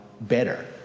better